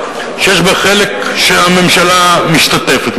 שיש בה חלק שהממשלה משתתפת,